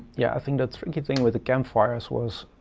yeah, i think the tricky thing with the campfires was,